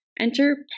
Enter